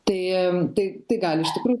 tai tai tai gali iš tikrų